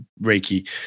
Reiki